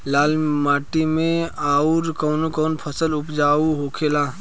लाल माटी मे आउर कौन कौन फसल उपजाऊ होखे ला?